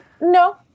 No